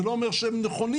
זה לא אומר שהם נכונים.